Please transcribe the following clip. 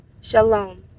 Shalom